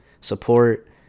support